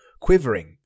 Quivering